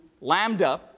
lambda